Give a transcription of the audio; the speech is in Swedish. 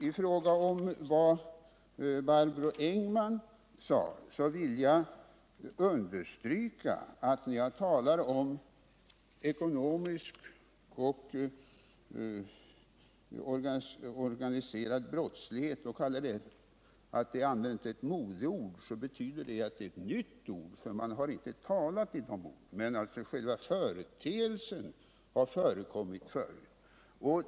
I fråga om vad Barbro Engman-Nordin sade vill jag understryka, att när jag kallar organiserad ekonomisk brottslighet för ett modeuttryck, betyder det att det är ett nytt uttryck — det har inte använts tidigare. Själva företeelsen har dock förekommit tidigare.